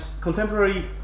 contemporary